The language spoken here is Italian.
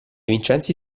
vincenzi